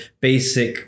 basic